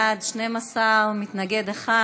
בעד, 12, מתנגד אחד.